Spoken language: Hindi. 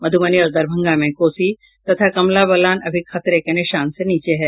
मधुबनी और दरभंगा में कोसी तथा कमला बलान अभी खतरे के निशान से नीचे है